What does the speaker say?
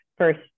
First